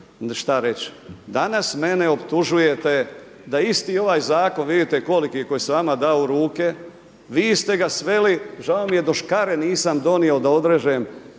šta reći. Danas mene optužujete da isti ovaj zakon, vidite koliki je koji sam vama dao u ruke, vi ste ga sveli žao mi je da škare nisam donio da odrežem